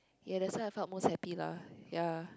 ya that's why I felt most happy lah ya